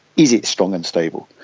is it strong and stable?